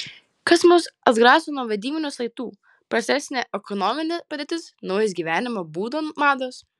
kas mus atgraso nuo vedybinių saitų prastesnė ekonominė padėtis naujos gyvenimo būdo mados